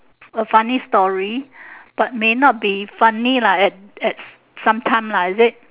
a funny story but may not be funny lah at at sometime lah is it